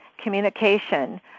Communication